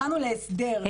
הגענו להסדר.